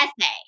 essay